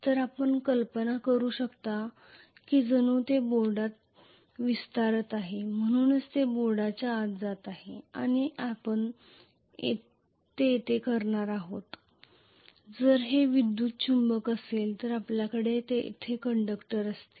तर आपण कल्पना करू शकता की जणू ते बोर्डात विस्तारत आहे म्हणूनच ते बोर्डच्या आत जात आहे आणि आपण ते करणार आहोत जर ते विद्युत चुंबक असेल तर आपल्याकडे येथे कंडक्टर असतील